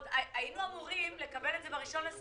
התחייבו לנו פעם אחר פעם.